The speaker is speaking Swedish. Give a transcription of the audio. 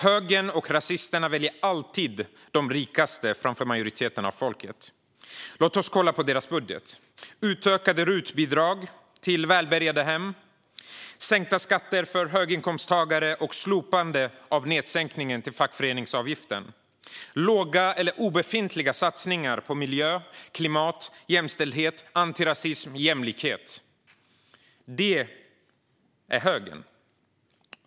Högern och rasisterna väljer alltid de rikaste framför majoriteten av folket. Låt oss kolla på deras budget. Den innehåller utökade RUT-bidrag till välbärgade hem, sänkta skatter för höginkomsttagare, slopande av sänkningen av fackföreningsavgiften och låga eller obefintliga satsningar på miljö, klimat, jämställdhet, antirasism och jämlikhet. Det är högern.